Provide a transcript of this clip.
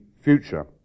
future